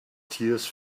tears